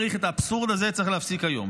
את האבסורד הזה צריך להפסיק היום.